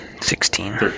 Sixteen